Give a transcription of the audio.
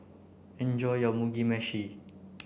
enjoy your Mugi meshi